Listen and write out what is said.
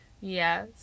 Yes